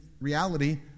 reality